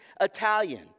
Italian